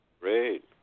Great